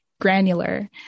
granular